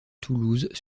toulouse